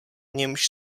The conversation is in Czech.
němž